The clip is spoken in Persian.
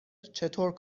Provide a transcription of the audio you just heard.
چطور